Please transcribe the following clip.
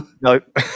Nope